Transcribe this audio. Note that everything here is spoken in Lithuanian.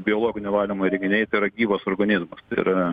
biologinio valymo įrenginiai tai yra gyvas organizmas tai yra